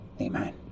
Amen